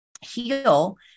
heal